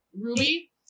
Ruby